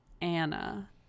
Anna